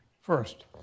first